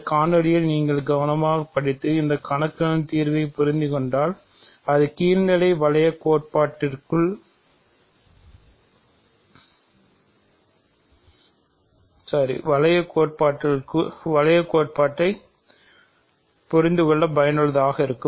இந்த காணொளியை நீங்கள் கவனமாக படித்து இந்த கணக்குகளின் தீர்வைப் புரிந்து கொண்டால் அது கீழ்நிலை வளையக் கோட்பாட்டில் உங்களுக்கு பயனுள்ளதாக இருக்கும்